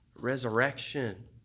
Resurrection